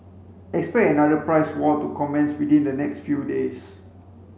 expect another price war to commence within the next few days